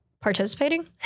participating